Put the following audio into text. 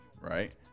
right